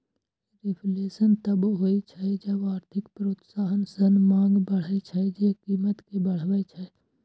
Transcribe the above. reflation तबो होइ छै जब आर्थिक प्रोत्साहन सं मांग बढ़ै छै, जे कीमत कें बढ़बै छै